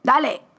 Dale